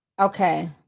Okay